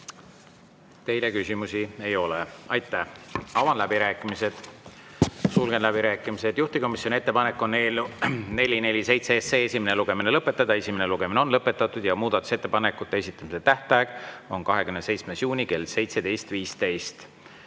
Teile küsimusi ei ole. Aitäh! Avan läbirääkimised. Sulgen läbirääkimised. Juhtivkomisjoni ettepanek on eelnõu 447 esimene lugemine lõpetada. Esimene lugemine on lõpetatud. Muudatusettepanekute esitamise tähtaeg on 27. juuni kell